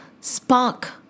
spark